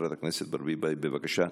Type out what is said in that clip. חברת הכנסת ברביבאי, בבקשה.